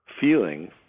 feeling